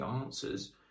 answers